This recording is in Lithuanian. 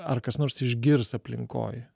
ar kas nors išgirs aplinkoj